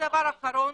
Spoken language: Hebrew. ודבר אחרון,